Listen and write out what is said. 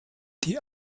die